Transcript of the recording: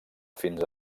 fins